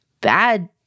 bad